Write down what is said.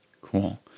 Cool